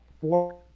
four